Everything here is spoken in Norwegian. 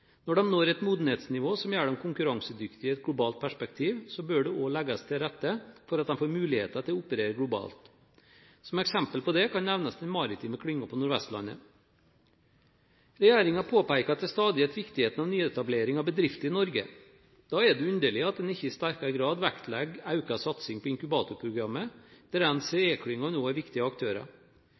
Når de når et modenhetsnivå som gjør dem konkurransedyktige i et globalt perspektiv, bør det også legges til rette for at de får muligheten til å operere globalt. Som eksempel på dette kan nevnes den maritime klyngen på Nord-Vestlandet. Regjeringen påpeker til stadighet viktigheten av nyetablering av bedrifter i Norge. Da er det underlig at man ikke i sterkere grad vektlegger økt satsing på inkubatorprogrammet, der NCE-klyngene er viktige aktører.